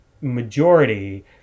majority